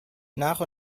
nach